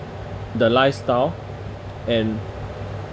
the lifestyle and